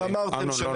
עם החלטה מושכלת.